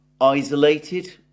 isolated